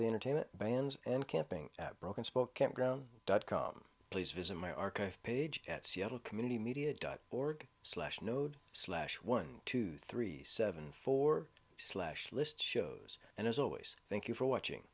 the entertainment bans and camping at broken spoke campground dot com please visit my archive page at seattle community media dot org slash node slash one two three seven four slash list shows and as always thank you for watching